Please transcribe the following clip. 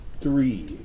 Three